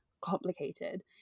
complicated